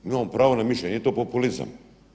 Imamo pravo na mišljenje, nije to populizam.